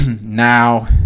now